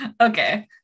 Okay